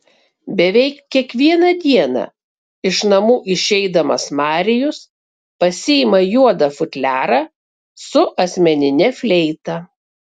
beveik kiekvieną dieną iš namų išeidamas marijus pasiima juodą futliarą su asmenine fleita